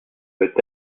peut